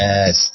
Yes